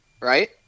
Right